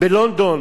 בלונדון